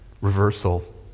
reversal